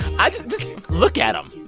i just just look at him